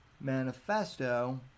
manifesto